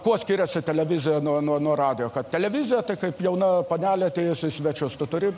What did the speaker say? kuo skiriasi televizija nuo nuo radijo kad televizija kaip jauna panelė atėjusi į svečius tu turi